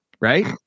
right